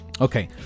Okay